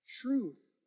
Truth